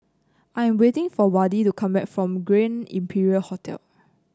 I'm waiting for Wayde to come back from Grand Imperial Hotel